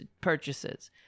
purchases